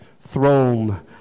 throne